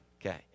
Okay